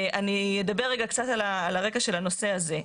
אני אדבר רגע קצת על הרקע של הנושא הזה.